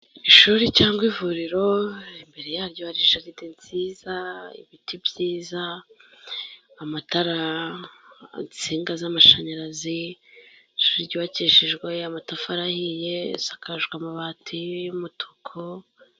Ishuri cyangwa ivuriro, imbere yaryo hari jaride nziza, ibiti byiza, amatara, insinga z'amashanyarazi, ishuri ryubakishijwe amatafari ahiye, risakajwe amabati y'umutuku.